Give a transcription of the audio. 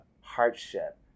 hardship